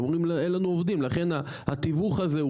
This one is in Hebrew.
אומרים אין לנו עובדים לכן התיווך הזה הוא